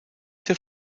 der